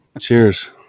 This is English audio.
Cheers